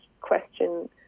question